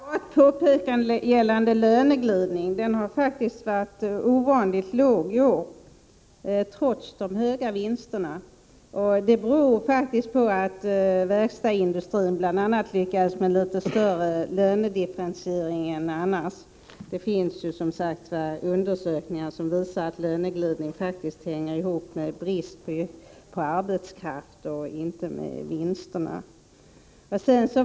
Herr talman! Jag skall först göra ett påpekande gällande löneglidningen. Denna har faktiskt varit ovanligt låg i år trots de höga vinsterna. Detta beror på att bl.a. verkstadsindustrin lyckades med en litet större lönedifferentiering än annars. Det finns som sagt undersökningar som visar att löneglidningen hänger ihop med brist på arbetskraft och inte beror på vinsterna.